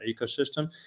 ecosystem